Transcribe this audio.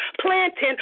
planting